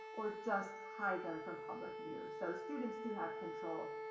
or just hide them from public view. so students do have control